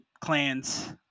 clans